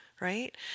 right